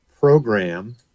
program